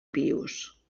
pius